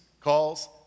calls